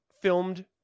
filmed